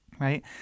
right